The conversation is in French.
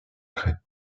crète